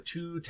Two